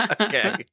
Okay